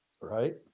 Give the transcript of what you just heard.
Right